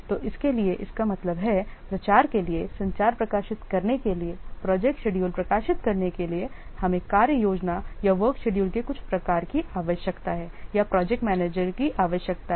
तो इसके लिए इसका मतलब है प्रचार के लिए संचार प्रकाशित करने के लिए प्रोजेक्ट शेड्यूल प्रकाशित करने के लिए हमें कार्य योजना या वर्क शेड्यूल के कुछ प्रकार की आवश्यकता है या प्रोजेक्ट मैनेजर की आवश्यकता है